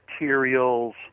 materials